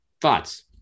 thoughts